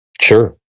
Sure